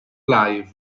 live